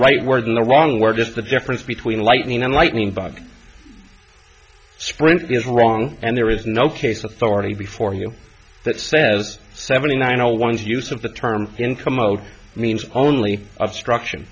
right word and the wrong word just the difference between lightning and lightning bug sprint is wrong and there is no case authority before you that says seventy nine zero ones use of the term incommode means only obstruction